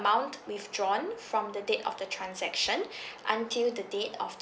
~mount withdrawn from the date of the transaction until the date of